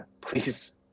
please